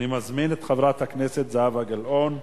אני מזמין את חברת הכנסת זהבה גלאון.